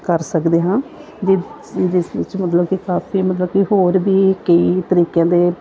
ਕਰ ਸਕਦੇ ਹਾਂ ਜਿ ਜਿਸ ਵਿਚ ਮਤਲਬ ਕਿ ਕਾਫ਼ੀ ਮਤਲਬ ਕਿ ਹੋਰ ਵੀ ਕਈ ਤਰੀਕਿਆਂ ਦੇ